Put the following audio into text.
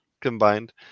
combined